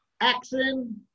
action